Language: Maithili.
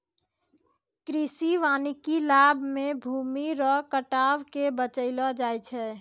कृषि वानिकी लाभ मे भूमी रो कटाव के बचैलो जाय छै